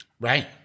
Right